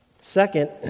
Second